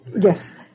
Yes